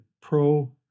pro